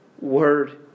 word